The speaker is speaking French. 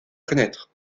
connaître